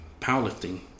powerlifting